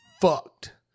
fucked